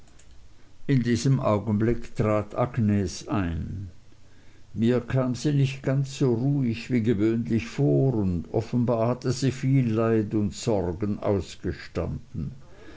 in diesem augenblick trat agnes ein mir kam sie nicht ganz so ruhig wie gewöhnlich vor und offenbar hatte sie viel leid und sorgen ausgestanden